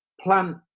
plant